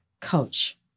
coach